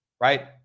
right